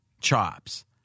chops